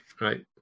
right